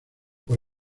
por